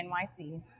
NYC